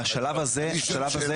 השלב הזה השלב,